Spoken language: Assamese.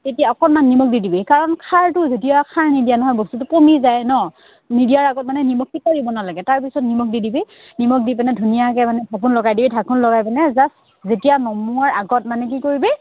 তেতিয়া অকণমান নিমখ দি দিবি কাৰণ খাৰটো যেতিয়া খাৰ নিদিয়া নহয় বস্তুটো কমি যায় ন নিদিয়াৰ আগত মানে নিমখ কি কৰিব নালাগে তাৰপিছত নিমখ দি দিবি নিমখ দি পিনে ধুনীয়াকে মানে ঢাকোন লগাই দিবি ঢাকোন লগাই পিনে জাষ্ট যেতিয়া নমোৱাৰ আগত মানে কি কৰিবি